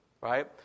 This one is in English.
right